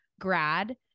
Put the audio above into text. grad